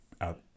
out